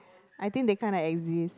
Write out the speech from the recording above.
I think they kind of exist